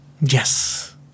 Yes